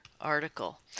article